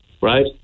right